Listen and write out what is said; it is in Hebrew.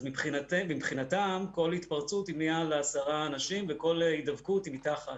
אז מבחינתם כל התפרצות היא מעל לעשרה אנשים וכל הידבקות היא מתחת.